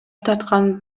тарткан